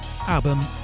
album